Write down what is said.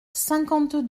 cinquante